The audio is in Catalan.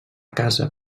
casa